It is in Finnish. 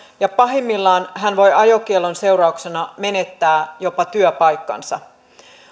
ja pahimmillaan hän voi ajokiellon seurauksena menettää jopa työpaikkansa